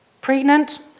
Pregnant